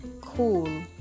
cool